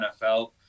NFL